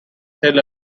tel